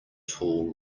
tall